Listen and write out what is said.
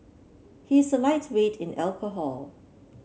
he's a lightweight in alcohol